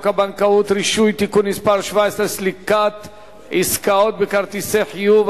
הבנקאות (רישוי) (תיקון מס' 17) (סליקת עסקאות בכרטיסי חיוב),